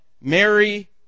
Mary